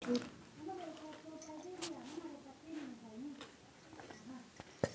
MobiKwik app का इस्तेमाल करके कहीं से भी पैसा अपने खाते में सेकंडों में मंगा और भेज सकते हैं